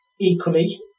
equally